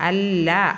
അല്ല